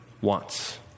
wants